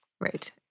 Right